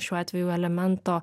šiuo atveju elemento